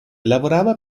lavorava